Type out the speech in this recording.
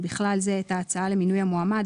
ובכלל זה את ההצעה למינוי המועמד,